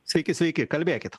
sveiki sveiki kalbėkit